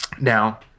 Now